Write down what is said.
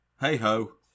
hey-ho